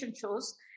shows